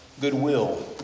goodwill